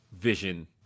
vision